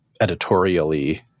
editorially